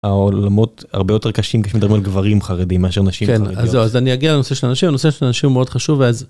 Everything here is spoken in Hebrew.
העולמות הרבה יותר קשים כשמדברים על גברים חרדים מאשר נשים חרדיות. כן, אז אני אגיע לנושא של הנשים, הנושא של הנשים הוא מאוד חשוב.